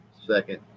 second